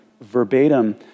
verbatim